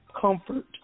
comfort